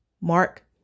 Mark